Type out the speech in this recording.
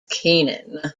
keenan